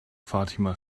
fatima